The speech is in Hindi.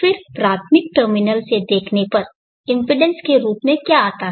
फिर प्राथमिक टर्मिनल से देखने पर इम्पीडेन्स के रूप में क्या आता है